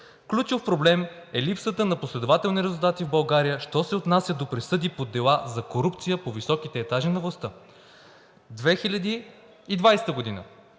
„Ключов проблем е липсата на последователни резултати в България що се отнася до присъди по дела за корупция по високите етажи на властта“. 2020 г.